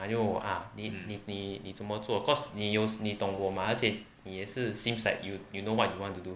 !aiyo! ah 你你你你怎么做 cause 你有你懂我吗而且你也是 seems like you know what you want to do